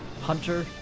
Hunter